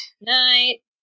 night